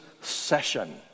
session